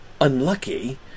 unlucky